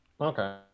Okay